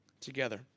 together